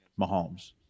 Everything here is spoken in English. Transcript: Mahomes